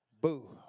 Boo